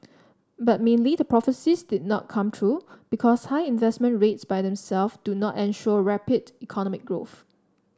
but mainly the prophecies did not come true because high investment rates by them self do not ensure rapid economic growth